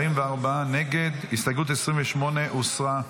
הסתייגות 28 הוסרה.